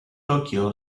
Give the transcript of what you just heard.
tokyo